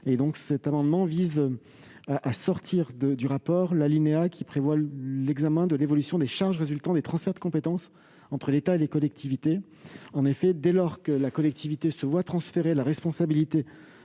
cet amendement, il s'agit de ne pas faire figurer dans le rapport l'examen de l'évolution des charges résultant des transferts de compétences entre l'État et les collectivités. En effet, dès lors que la collectivité se voit transférer la responsabilité